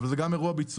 אבל זה גם אירוע ביצועי.